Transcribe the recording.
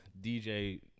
DJ